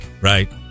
right